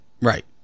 right